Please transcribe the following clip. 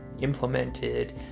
implemented